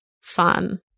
fun